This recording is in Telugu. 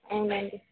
అవునండీ